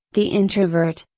the introvert,